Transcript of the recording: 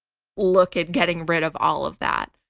look at getting rid of all of that.